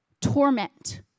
torment